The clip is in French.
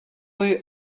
rue